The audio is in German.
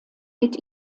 geht